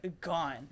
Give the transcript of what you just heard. gone